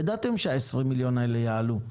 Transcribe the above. ידעתם ש-20 מיליון שקל האלה יעלו.